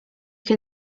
can